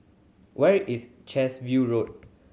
where is chess View Road